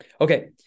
Okay